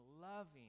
loving